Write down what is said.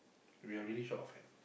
we are really short of hand